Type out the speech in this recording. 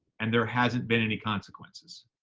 and there hasn't been any consequences.